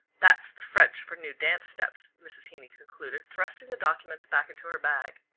that's the french for new dance steps, mrs. heeny concluded, thrusting the documents back into her bag.